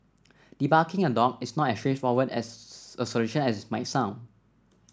debarking a dog is not as straightforward as a solution as it might sound